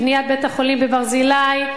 בניית בית-החולים "ברזילי",